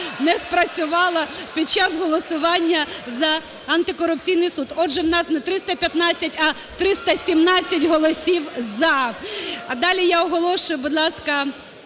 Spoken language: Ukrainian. Не спрацювала під час голосування за антикорупційний суд. Отже, в нас не 315, а 317 голосів "за". Далі я оголошую, будь ласка,